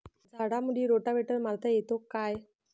झाडामंदी रोटावेटर मारता येतो काय?